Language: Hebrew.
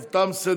טוב, תם סדר-היום.